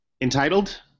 entitled